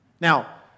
Now